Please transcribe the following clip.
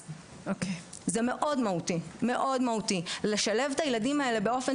זה מאוד מהותי לשלב את הילדים האלה באופן